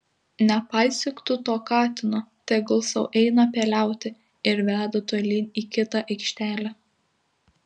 nepaisyk tu to katino tegul sau eina peliauti ir veda tolyn į kitą aikštelę